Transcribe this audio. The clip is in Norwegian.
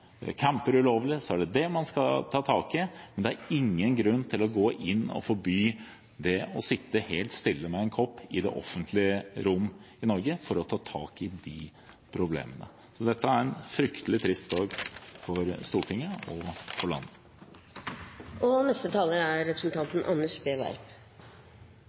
camper ulovlig, er det det man skal ta tak i. Men det er ingen grunn til å gå inn og forby det å sitte helt stille med en kopp i det offentlige rom i Norge for å ta tak i de problemene. Dette er en fryktelig trist dag for Stortinget og for landet. Det er sagt veldig mye i saken allerede, og